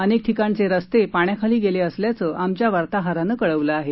अनेक ठिकाणचे रस्ते पाण्याखाली गेले असल्याचं आमच्या वार्ताहरानं कळवलं आहे